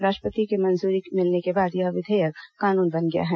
राष्ट्रपति की मंजूरी मिलने के बाद यह विधेयक कानून बन गया है